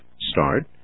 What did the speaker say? start